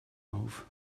auf